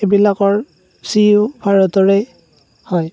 এইবিলাকৰ C E O ভাৰতৰেই হয়